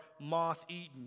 moth-eaten